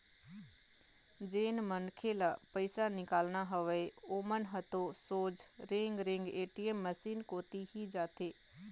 जेन मनखे ल पइसा निकालना हवय ओमन ह तो सोझ रेंगे रेंग ए.टी.एम मसीन कोती ही जाथे